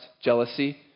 jealousy